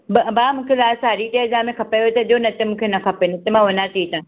भाउ मूंखे लास्ट साढी टे हज़ार में खपेव त ॾियो न त मूंखे न खपे न त मां वञा थी हितां